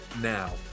now